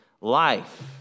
life